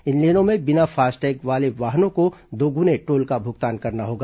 इन लेनों में बिना फास्टैग वाले वाहनों को दोगुने टोल का भुगतान करना होगा